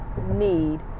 need